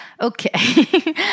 Okay